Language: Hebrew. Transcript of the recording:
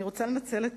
אני רוצה לנצל את